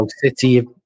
City